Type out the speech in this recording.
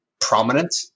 prominent